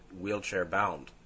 wheelchair-bound